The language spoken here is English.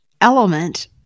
element